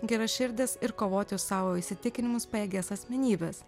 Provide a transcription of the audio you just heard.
geraširdes ir kovoti už savo įsitikinimus pajėgias asmenybes